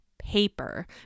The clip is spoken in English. Paper